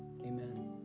Amen